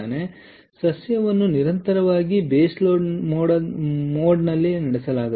ಆದ್ದರಿಂದ ಸಸ್ಯವನ್ನು ನಿರಂತರವಾಗಿ ಬೇಸ್ ಲೋಡ್ ಮೋಡ್ನಲ್ಲಿ ನಡೆಸಲಾಗುತ್ತದೆ